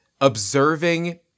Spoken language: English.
observing